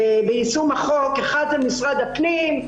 ביישום החוק: משרד הפנים,